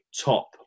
top